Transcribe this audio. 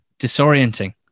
disorienting